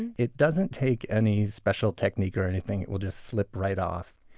and it doesn't take any special technique or anything it will just slip right off.